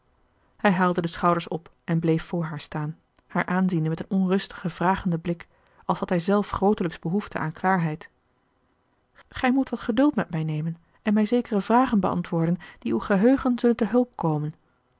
hij haalde de schouders op en bleef voor haar staan haar aanziende met onrustigen vragenden blik als had hij zelf grootelijks behoefte aan klaarheid gij moet wat geduld met mij nemen en mij zekere vragen beantwoorden die uw geheugen zullen te hulp komen